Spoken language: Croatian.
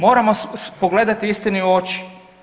Moramo pogledati istini u oči.